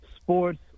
sports